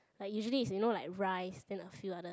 like usually is you know like rice then a few other